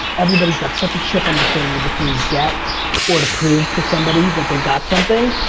everybody's got such a chip on their shoulder between debt or to prove to somebody that they've got something,